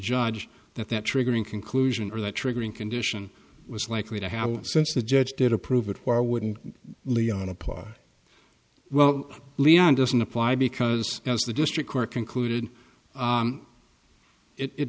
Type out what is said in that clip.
judge that that triggering conclusion or the triggering condition was likely to have since the judge did approve it why wouldn't leon apply well leon doesn't apply because as the district court concluded